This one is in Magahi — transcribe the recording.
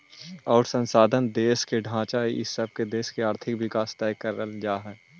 अउर संसाधन, देश के ढांचा इ सब से देश के आर्थिक विकास तय कर जा हइ